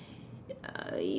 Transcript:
uh